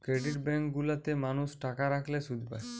credit bank গুলা তে মানুষ টাকা রাখলে শুধ পায়